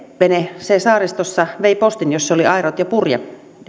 vene saaristossa vei postin ja siinä oli airot ja purje